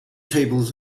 tables